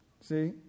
See